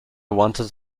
wanted